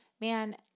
Man